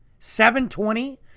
720